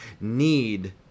need